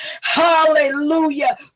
Hallelujah